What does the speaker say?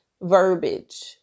verbiage